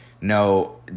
no